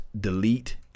delete